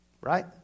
Right